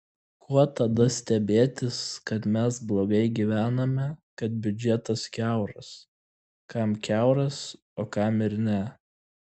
ko tada stebėtis kad mes blogai gyvename kad biudžetas kiauras kam kiauras o kam ir ne